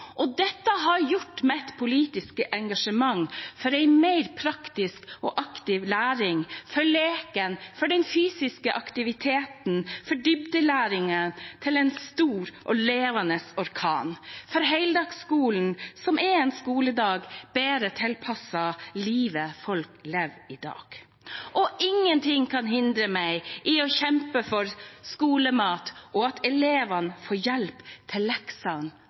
Dette har gjort mitt politiske engasjement for en mer praktisk og aktiv læring, for leken, for den fysiske aktiviteten og for dybdelæringen til en stor og «levande orkan» – for heldagsskolen, som er en skoledag bedre tilpasset livet folk lever i dag. «Ingenting kan hindra mej» i å kjempe for skolemat og at elevene får hjelp til leksene